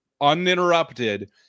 uninterrupted